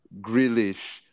Grealish